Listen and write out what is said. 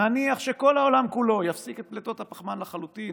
נניח שכל העולם כולו יפסיק את פליטות הפחמן לחלוטין,